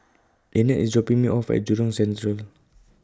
Linette IS dropping Me off At Jurong Central